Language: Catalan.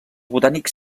botànics